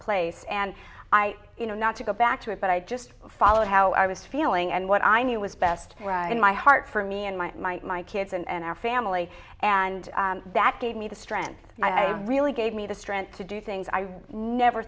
place and i you know not to go back to it but i just followed how i was feeling and what i knew was best in my heart for me and my my my kids and our family and that gave me the strength i really gave me the strength to do things i never